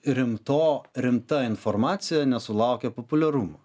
rimto rimta informacija nesulaukė populiarumo